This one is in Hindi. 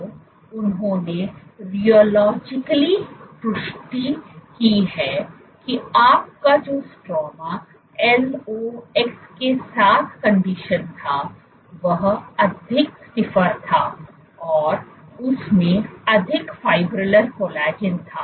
तो उन्होंने rheologically पुष्टि की है कि आपका जो स्ट्रोमा LOX के साथ कंडीशन था वह अधिक स्टिफर था और उसमें अधिक फाइब्रिलर कोलेजन था